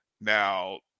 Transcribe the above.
Now